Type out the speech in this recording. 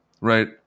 Right